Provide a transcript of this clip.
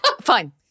Fine